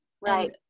Right